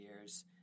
years